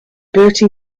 bertie